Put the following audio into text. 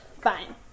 fine